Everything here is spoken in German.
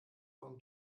von